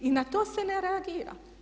I na to se ne reagira.